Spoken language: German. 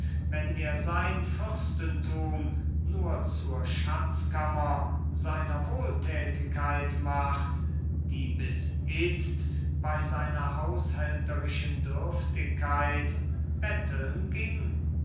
wenn er sein fürstentum nur zur schatzkammer seiner wohltätigkeit macht die bis itzt bei seiner haushälterischen dürftigkeit betteln ging